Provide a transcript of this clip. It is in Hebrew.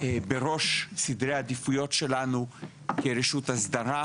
בראש סדרי העדיפויות שלנו כרשות אסדרה,